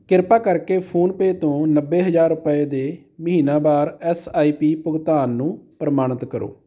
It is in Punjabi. ਕਿਰਪਾ ਕਰਕੇ ਫੋਨ ਪੇਅ ਤੋਂ ਨੱਬੇ ਹਜ਼ਾਰ ਰੁਪਏ ਦੇ ਮਹੀਨਾਵਾਰ ਐਸ ਆਈ ਪੀ ਭੁਗਤਾਨ ਨੂੰ ਪ੍ਰਮਾਣਿਤ ਕਰੋ